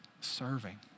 serving